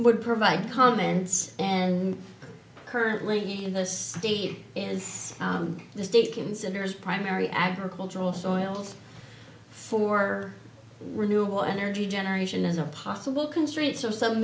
would provide comments and currently in this state is the state considers primary agricultural soils for renewable energy generation is a possible constraints of some